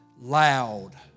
loud